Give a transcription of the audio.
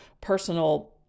personal